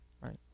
right